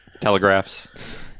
Telegraphs